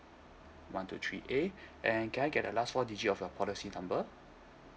one two three a and can I get the last four digit of your policy number